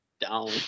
down